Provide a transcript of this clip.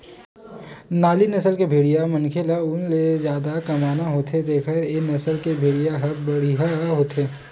नाली नसल के भेड़िया मनखे ल ऊन ले जादा कमाना होथे तेखर ए नसल के भेड़िया ह बड़िहा होथे